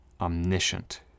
omniscient